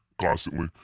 constantly